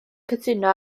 cytuno